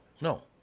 no